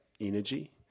energy